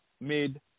made